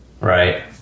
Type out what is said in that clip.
Right